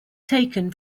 taken